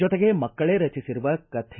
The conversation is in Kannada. ಜೊತೆಗೆ ಮಕ್ಕಳೇ ರಚಿಸಿರುವ ಕಥೆ